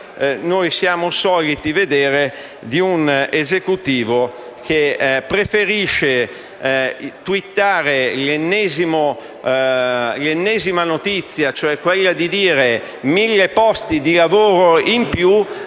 noi siamo soliti vedere, ossia un Esecutivo che preferisce twittare l'ennesima notizia, cioè dire «mille posti di lavoro in più»,